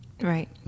right